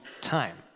time